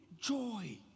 joy